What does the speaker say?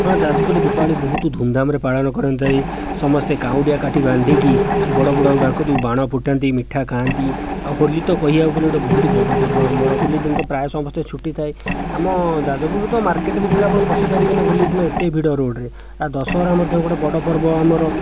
ଆମ ଯାଜପୁରରେ ଦୀପାବଳି ବହୁତ ଧୂମ୍ଧାମ୍ରେ ପାଳନ କରନ୍ତି ସମସ୍ତେ କାଉଁରିଆ କାଠି ବାନ୍ଧିକି ବଡ଼ବଡ଼ୁଆଙ୍କୁ ଡାକନ୍ତି ବାଣ ଫୁଟାନ୍ତି ମିଠା ଖାଆନ୍ତି ଆଉ ହୋଲି ତ କହିବାକୁ ଗଲେ ଗୋଟିଏ ବହୁତ ବଡ଼ ପର୍ବ ଆମର ହୋଲି ଦିନ ତ ପ୍ରାୟ ସମସ୍ତେ ଛୁଟି ଥାଏ ଆମ ଯାଜପୁର ତ ମାର୍କେଟ ଭିତରେ ଆପଣ ପଶିପାରିବେନାହିଁ ହୋଲି ଦିନ ଏତେ ଭିଡ଼ ରୋଡ୍ରେ ଆଉ ଦଶହରା ମଧ୍ୟ ଗୋଟିଏ ବଡ଼ ପର୍ବ ଆମର